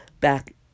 back